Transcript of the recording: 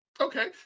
Okay